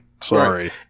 Sorry